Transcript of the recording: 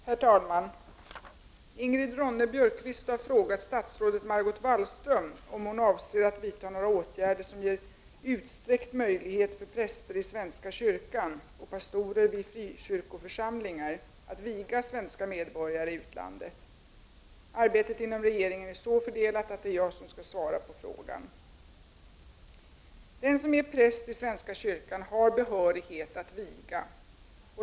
Herr talman! Ingrid Ronne-Björkqvist har frågat statsrådet Margot Wallström om hon avser att vidta några åtgärder som ger utsträckt möjlighet för präster i svenska kyrkan och pastorer vid frikyrkoförsamlingar att viga svenska medborgare i utlandet. Arbetet inom regeringen är så fördelat att det är jag som skall svara på frågan. Den som är präst i svenska kyrkan har behörighet att viga.